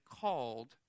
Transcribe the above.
called